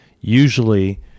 Usually